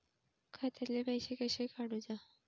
खात्यातले पैसे कशे काडूचा?